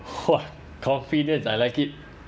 !wah! confidence I like it